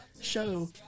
show